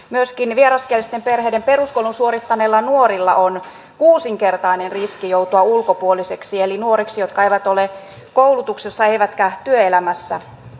myöskin vieraskielisten perheiden peruskoulun suorittaneilla nuorilla on kuusinkertainen riski joutua ulkopuoliseksi eli nuoriksi jotka eivät ole koulutuksessa eivätkä työelämässä